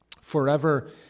forever